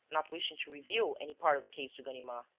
not wishing to reveal any part of the case to ganimard.